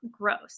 gross